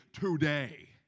today